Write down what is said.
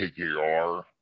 KKR